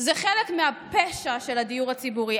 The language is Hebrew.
זה חלק מהפשע של הדיור הציבורי.